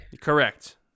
Correct